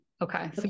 Okay